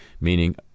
Meaning